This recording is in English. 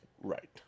Right